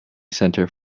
centre